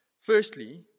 Firstly